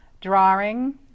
drawing